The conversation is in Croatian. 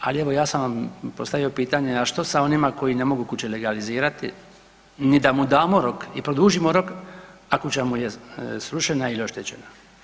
Ali evo ja sam vam postavio pitanje, a što sa onima koji ne mogu kuće legalizirati ni da mu damo rok i produžimo rok a kuća mu je srušena ili oštećena?